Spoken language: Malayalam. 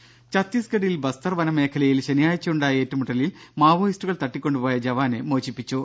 രംഭ ഛത്തീസ്ഗഡിൽ ബസ്തർ വന മേഖലയിൽ ശനിയാഴ്ച ഉണ്ടായ ഏറ്റുമുട്ടലിൽ മാവോയിസ്റ്റുകൾ തട്ടിക്കൊണ്ടുപോയ ജവാനെ മോചിപ്പിച്ചു